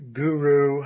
guru